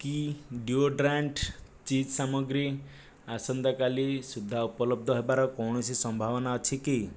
କି ଡ଼ିଓଡ୍ରାଣ୍ଟ୍ ଚିଜ୍ ସାମଗ୍ରୀ ଆସନ୍ତାକାଲି ସୁଦ୍ଧା ଉପଲବ୍ଧ ହେବାର କୌଣସି ସମ୍ଭାବନା ଅଛି କି